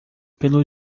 pelo